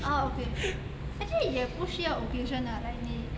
ah okay actually 也不需要 occasion lah like 你